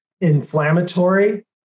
inflammatory